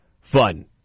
fun